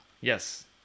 yes